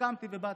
הסכמתי ובאתי.